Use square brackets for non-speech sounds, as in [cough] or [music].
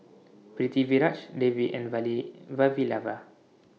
Pritiviraj Devi and [unintelligible] Vavilala